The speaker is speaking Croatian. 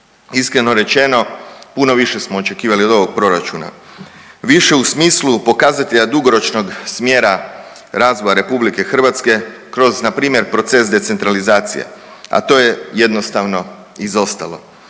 Iskreno rečeno puno više smo očekivali od ovog proračuna, više u smislu pokazatelja dugoročnog smjera razvoja RH kroz npr. proces decentralizacije, a to je jednostavno izostalo.